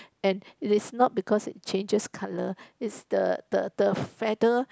and it is not because it changes colour is the the the feather